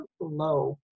low